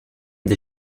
des